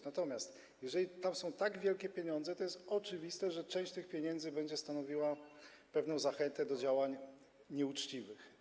Natomiast jeżeli tam są tak wielkie pieniądze, to jest oczywiste, że część tych pieniędzy będzie stanowiła pewną zachętę do działań nieuczciwych.